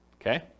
Okay